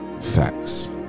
Facts